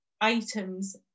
items